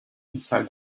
inside